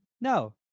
No